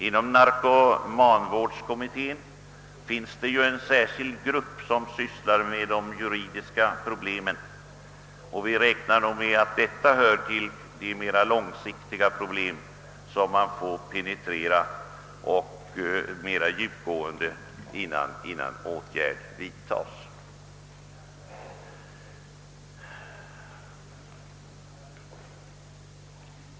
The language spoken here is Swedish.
Inom narkomanvårdskommittén finns en särskild grupp som sysslar med de juridiska problemen, och vi räknar med att detta hör till de mera långsiktiga problemen som måste penetreras mera ingående innan åtgärder vidtas.